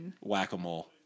whack-a-mole